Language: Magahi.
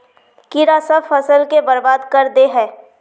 कीड़ा सब फ़सल के बर्बाद कर दे है?